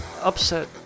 upset